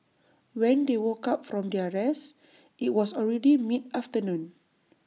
when they woke up from their rest IT was already mid afternoon